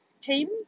team